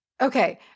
Okay